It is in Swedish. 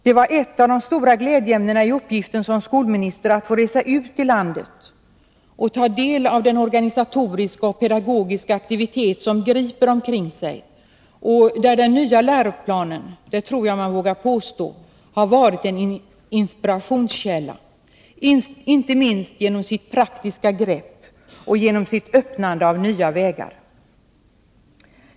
” Ett av de stora glädjeämnena som var förknippade med uppgiften som skolminister var att få resa ut i landet och ta del av den organisatoriska och pedagogiska aktivitet som griper omkring sig och för vilken den nya läroplanen — det tror jag att jag vågar påstå — har varit en inspirationskälla, inte minst genom sitt praktiska grepp och öppnandet av nya vägar.